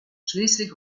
schließlich